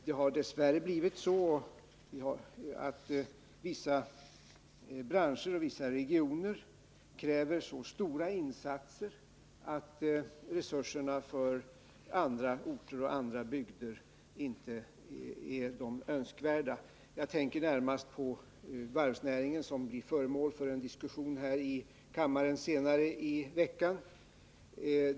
Det har dess värre blivit så att vissa branscher och vissa regioner kräver så stora insatser att resurserna för andra orter och bygder inte blir de önskvärda. Jag tänker närmast på varvsnäringen, som blir föremål för en diskussion här i kammaren senare i veckan.